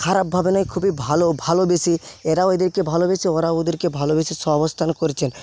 খারাপ ভাবে নয় খুবই ভালো ভালোবেসে এরাও এদেরকে ভালোবেসে ওরাও ওদেরকে ভালোবেসে সহবস্থান করছেন